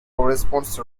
corresponds